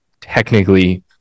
technically